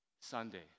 Sunday